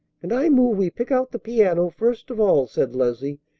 and i move we pick out the piano first of all, said leslie.